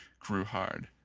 grew hard.